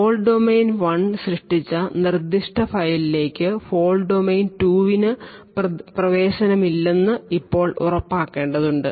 fault domain 1 സൃഷ്ടിച്ച നിർദ്ദിഷ്ട ഫയലിലേക്ക് ഫോൾട് ഡൊമെയ്ൻ 2 ന് പ്രവേശനമില്ലെന്ന് ഇപ്പോൾ ഉറപ്പാക്കേണ്ടതുണ്ട്